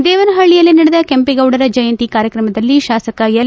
ದೇವನಪಳ್ಳಿಯಲ್ಲಿ ನಡೆದ ಕೆಂಪೇಗೌಡರ ಜಯಂತಿ ಕಾರ್ತ್ರಮದಲ್ಲಿ ಶಾಸಕ ಎಲ್